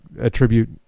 attribute